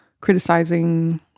criticizing